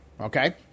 Okay